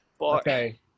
Okay